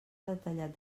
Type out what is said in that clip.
detallat